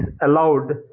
allowed